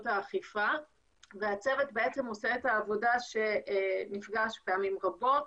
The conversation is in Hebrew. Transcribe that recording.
האכיפה והצוות שעושה את העבודה נפגש פעמים רבות,